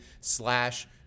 slash